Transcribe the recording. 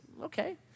okay